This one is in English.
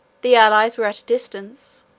the allies were at a distance,